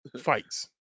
fights